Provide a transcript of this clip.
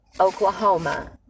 Oklahoma